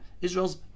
Israel's